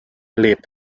les